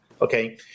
Okay